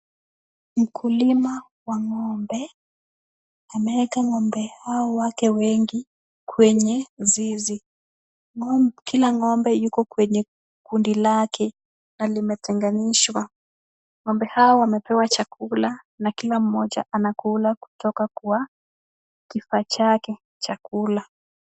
Mkulima wa ng'ombe ameweka ng'ombe hawa wake wengi kwenye zizi. Kila ng'ombe yuko kwenye kundi lake na limetenganishwa. Ng'ombe hawa wamepewa chakula na kila mmoja anakula kutoka kwa kifaa chake cha kula.